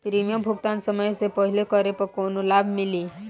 Premium भुगतान समय से पहिले करे पर कौनो लाभ मिली?